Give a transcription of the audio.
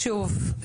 שוב,